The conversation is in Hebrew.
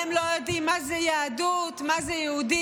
הם לא יודעים מה זה יהדות, מה זה יהודים.